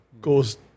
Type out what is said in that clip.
goes